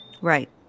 Right